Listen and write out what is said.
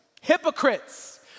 hypocrites